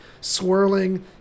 swirling